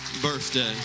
birthday